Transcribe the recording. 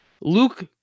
Luke